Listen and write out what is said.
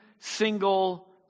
single